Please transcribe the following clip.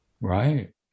Right